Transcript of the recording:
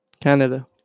Canada